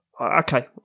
okay